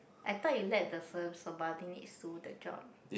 I thought you let the firm subordinate sue the job